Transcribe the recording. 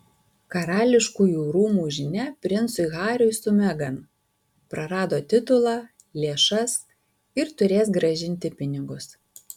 karališkųjų rūmų žinia princui hariui su megan prarado titulą lėšas ir turės grąžinti pinigus